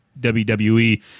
WWE